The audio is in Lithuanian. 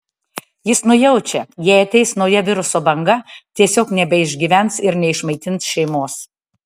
jis nujaučia jei ateis nauja viruso banga tiesiog nebeišgyvens ir neišmaitins šeimos